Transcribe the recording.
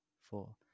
four